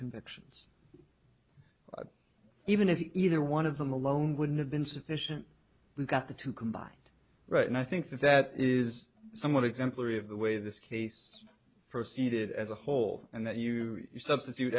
convictions even if he either one of them alone wouldn't have been sufficient got the two combined right and i think that that is somewhat exemplary of the way this case proceeded as a whole and that you substitute